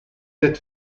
that